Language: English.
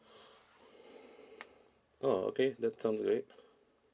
oh okay that sounds great